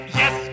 yes